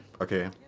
Okay